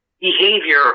behavior